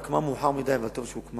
היא הוקמה מאוחר מדי, אבל טוב שהוקמה.